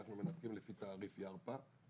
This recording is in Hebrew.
אנחנו מנפקים לפי תעריף "ירפא",